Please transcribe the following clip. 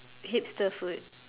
hipster food